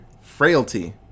*Frailty*